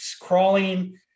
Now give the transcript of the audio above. crawling